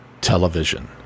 television